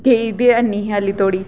केईं दी नेईं ही हल्ली धोड़ी